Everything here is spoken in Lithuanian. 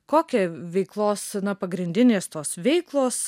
kokią veiklos na pagrindinės tos veiklos